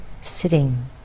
sitting